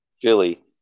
Philly